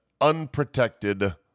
unprotected